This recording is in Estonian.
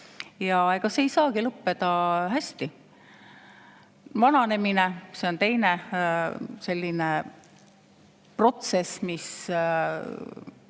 Ja see ei saagi lõppeda hästi. Vananemine on teine protsess, mis